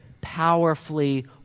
powerfully